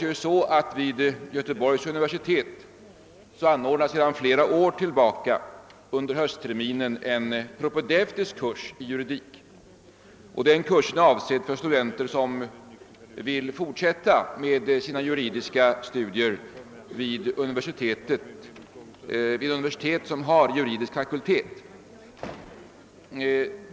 Vid Göteborgs universitet anordnas sedan flera år under höstterminen en propedeutisk kurs i juridik. Denna kurs är avsedd för studenter som vill fortsätta sina juridiska studier vid universitet med juridisk fakultet.